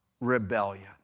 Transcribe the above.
rebellion